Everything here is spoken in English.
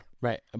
right